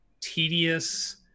tedious